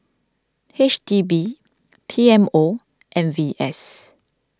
H D B P M O and V S